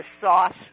sauce